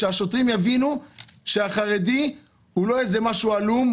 שהשוטרים יבינו שהחרדי הוא לא איזה משהו עלום,